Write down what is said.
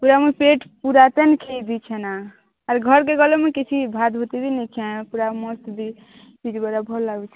ପୁରା ମୋ ପ୍ଲେଟ୍ କେଇ ଦେଖେନା ଆଉ ଘରକୁ ଗଲେ କିଛି ଭାବୁଥିବି ଭଲ ଲାଗୁଛି